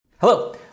Hello